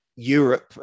Europe